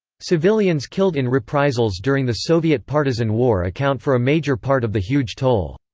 civilians killed in reprisals during the soviet partisan war account for a major part of the huge toll.